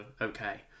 okay